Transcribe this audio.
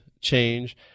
change